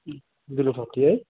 दिनुसक्यो है